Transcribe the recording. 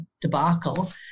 debacle